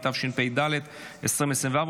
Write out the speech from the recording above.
התשפ"ד 2024,